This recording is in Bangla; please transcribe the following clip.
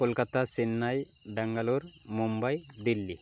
কলকাতা চেন্নাই ব্যাঙ্গালোর মুম্বাই দিল্লি